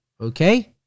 Okay